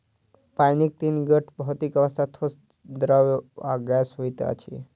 पाइनक तीन गोट भौतिक अवस्था, ठोस, द्रव्य आ गैस होइत अछि